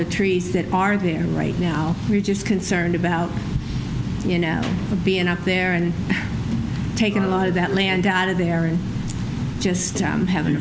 the trees that are there right now we're just concerned about you know being up there and taking a lot of that land out of there and just having